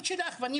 תודה.